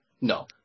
No